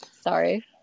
sorry